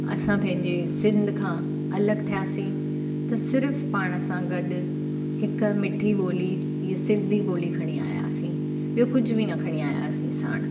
असां पंहिंजे सिंध खां अलॻि थियासीं त सिर्फ़ु पाण सां गॾु हिकु मिठी ॿोली इहे सिंधी ॿोली खणी आहियासीं ॿियो कुझु बि न खणी आहियासीं साण